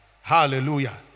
Hallelujah